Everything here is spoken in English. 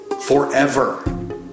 Forever